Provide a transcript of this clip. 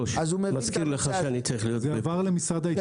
זה עבר למשרד ההתיישבות.